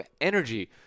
energy